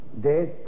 Death